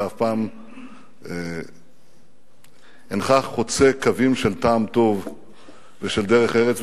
אתה אף פעם אינך חוצה קווים של טעם טוב ושל דרך ארץ,